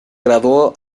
graduó